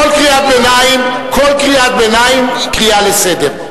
כל קריאת ביניים היא קריאה לסדר.